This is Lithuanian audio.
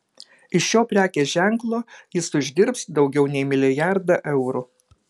iš šio prekės ženklo jis uždirbs daugiau nei milijardą eurų